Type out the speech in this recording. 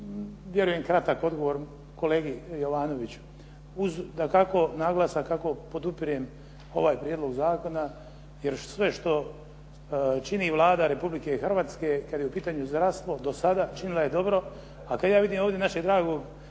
vjerujem kratak odgovor kolegi Jovanoviću. Uz dakako naglasak kako podupirem ovaj prijedlog zakona jer sve što čini Vlada Republike Hrvatske kada je u pitanju zdravstvo do sada činila je dobro a kada ja vidim našeg dragog